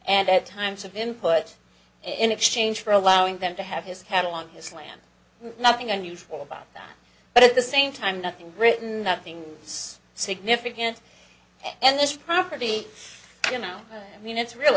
and at times of input in exchange for allowing them to have his cattle on his land nothing unusual about that but at the same time nothing written nothing it's significant and this property you know i mean it's real